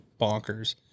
bonkers